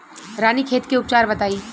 रानीखेत के उपचार बताई?